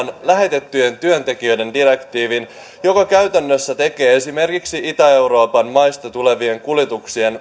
lähetettyjen työntekijöiden direktiivin joka käytännössä tekee mahdottomaksi esimerkiksi itä euroopan maista tulevien kuljetuksien